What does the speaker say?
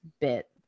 bit